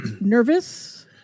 nervous